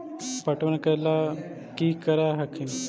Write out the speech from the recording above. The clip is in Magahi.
पटबन करे ला की कर हखिन?